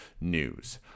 news